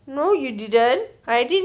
no you didn't I didn't